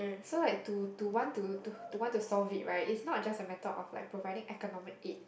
so like to to want to to want to solve it right it's not just a matter of like providing economic aid